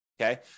okay